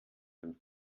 dem